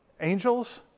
angels